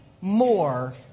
more